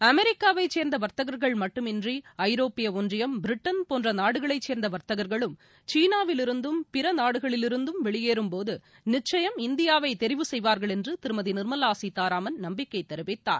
அமெரிக்காவைசேர்ந்தவர்த்தகர்கள் மட்டுமின்றி ஐரோப்பியஒன்றியம் பிரிட்டன் போன்றநாடுகளைசேர்ந்தவர்த்தகர்களும் சீனாவில் இருந்தும் பிறநாடுகளிலிருந்தும் வெளியேறும்போதுநிச்சுயம் இந்தியாவைதெரிவு செய்வார்கள் என்றுதிருமதிநிர்மலாசீதாராமன் நம்பிக்கைதெரிவித்தார்